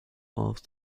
off